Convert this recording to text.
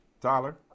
Tyler